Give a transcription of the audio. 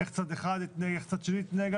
איך צד אחד התנהג, איך צד שני התנהג.